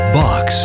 box